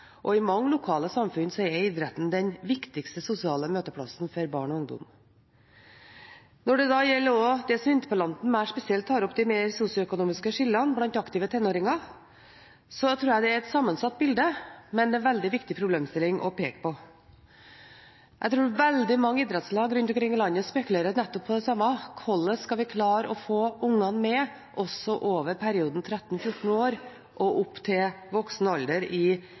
og i mange lokale samfunn er idretten den viktigste sosiale møteplassen for barn og ungdom. Når det da gjelder det som interpellanten mer spesielt tar opp, de mer sosioøkonomiske skillene blant aktive tenåringer, tror jeg det er et sammensatt bilde, men det er en veldig viktig problemstilling å peke på. Jeg tror veldig mange idrettslag rundt omkring i landet spekulerer nettopp på det samme: Hvordan skal vi klare å få ungene med i idrett og trening også etter perioden 13–14 år og opp til voksen alder?